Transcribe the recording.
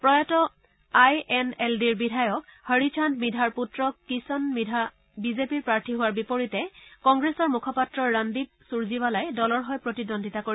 প্ৰয়াত I N L ডিৰ বিধায়ক হৰিচান্দ মিধাৰ পুত্ৰ কৃষণ মিধা বিজেপিৰ প্ৰাৰ্থী হোৱাৰ বিপৰীতে কংগ্ৰেছৰ মুখপাত্ৰ ৰণদীপ সুৰজীৱালাই দলৰ হৈ প্ৰতিদ্বন্দ্বিতা কৰিব